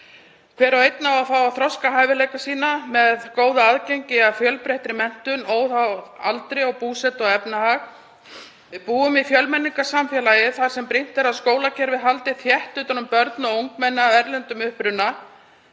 Hver og einn á að fá að þroska hæfileika sína með góðu aðgengi að fjölbreyttri menntun óháð aldri, búsetu og efnahag. Við búum í fjölmenningarsamfélagi þar sem brýnt er að skólakerfið haldi þétt utan um börn og ungmenni af erlendum uppruna